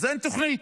אין תוכנית.